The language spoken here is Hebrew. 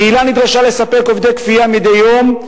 הקהילה נדרשה לספק עובדי כפייה מדי יום,